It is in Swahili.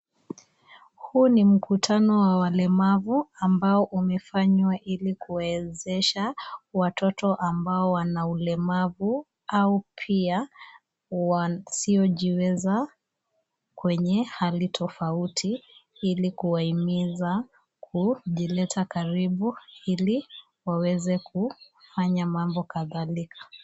Huu ni mkutano wa walemavu ambao umefanywa ili kuwawezesha watoto ambao wana ulemavu, au pia wasiojiweza kwenye hali tofauti, ili kuwahimiza kujileta karibu, ili waweze kufanya mambo kadhalika.